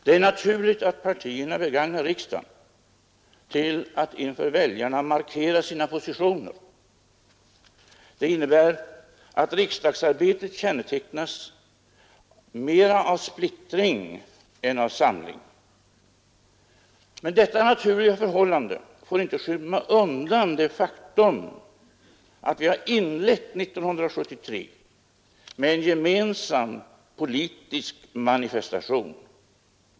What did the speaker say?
Det är naturligt att partierna begagnar riksdagen till att inför väljarna markera sina positioner. Det innebär att riksdagsarbetet kännetecknas mera av splittring än av samling. Men detta naturliga förhållande får inte skymma undan det faktum att vi har inlett 1973 med en gemensam politisk manifestation.